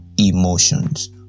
emotions